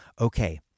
Okay